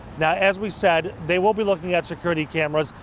now, as we said, they will be looking at security cameras.